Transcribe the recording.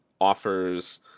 offers